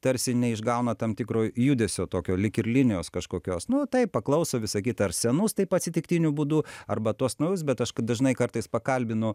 tarsi neišgauna tam tikro judesio tokio lyg ir linijos kažkokios nu taip paklauso visa kita ar senus taip atsitiktiniu būdu arba tuos naujus bet k aš dažnai kartais pakalbinu